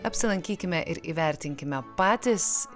apsilankykime ir įvertinkime patys